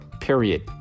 Period